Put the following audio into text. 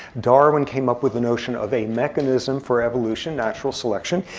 darwin came up with the notion of a mechanism for evolution, natural selection.